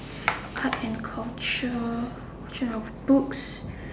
art and culture watching of books